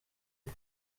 iri